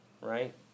right